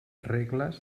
regles